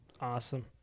Awesome